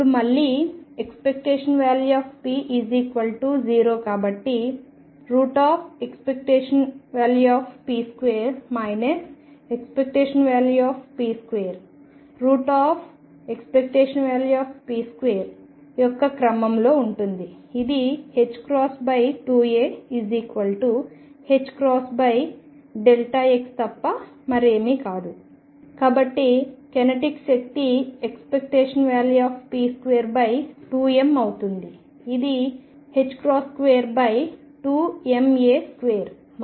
ఇప్పుడు మళ్లీ ⟨p⟩0 కాబట్టి ⟨p2⟩ ⟨p⟩2 ⟨p2⟩ యొక్క క్రమంలో ఉంటుంది ఇది 2a x తప్ప మరేమీ కాదు కాబట్టి కైనెటిక్ శక్తి ⟨p2⟩2m అవుతుంది ఇది 28ma2